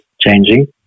changing